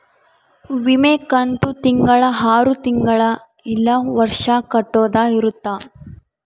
ವಿಮೆ ಕಂತು ತಿಂಗಳ ಆರು ತಿಂಗಳ ಇಲ್ಲ ವರ್ಷ ಕಟ್ಟೋದ ಇರುತ್ತ